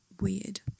weird